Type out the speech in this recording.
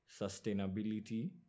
sustainability